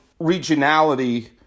regionality